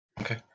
Okay